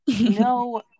no